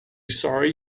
sorry